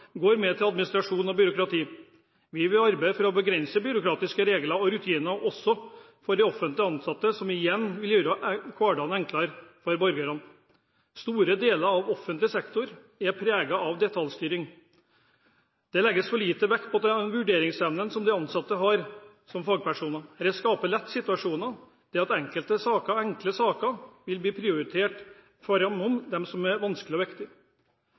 går med til administrasjon og byråkrati. Vi vil arbeide for å begrense byråkratiske regler og rutiner også for offentlig ansatte, noe som igjen vil gjøre hverdagen enklere for borgerne. Store deler av offentlig sektor er preget av detaljstyring. Det legges for lite vekt på den vurderingsevnen de ansatte har som fagpersoner. Dette skaper lett situasjoner der enkle saker blir prioritert foran dem som er vanskelige og